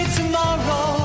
tomorrow